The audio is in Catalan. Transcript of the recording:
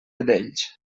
vedells